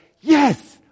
yes